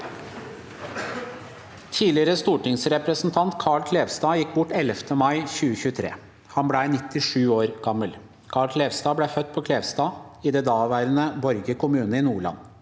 Tidligere stortingsrepresentant Karl Klevstad gikk bort 11. mai 2023. Han ble 97 år gammel. Karl Klevstad ble født på Klevstad i den daværende Borge kommune i Nordland.